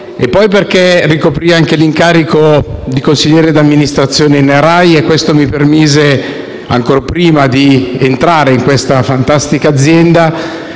e poi perché ricoprì anche l'incarico di consigliere di amministrazione della RAI; questo mi permise, ancor prima di entrare in questa fantastica azienda,